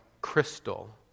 crystal